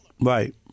Right